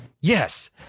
Yes